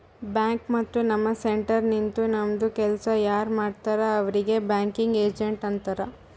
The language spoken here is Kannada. ಬ್ಯಾಂಕ್ ಮತ್ತ ನಮ್ ಸೆಂಟರ್ ನಿಂತು ನಮ್ದು ಕೆಲ್ಸಾ ಯಾರ್ ಮಾಡ್ತಾರ್ ಅವ್ರಿಗ್ ಬ್ಯಾಂಕಿಂಗ್ ಏಜೆಂಟ್ ಅಂತಾರ್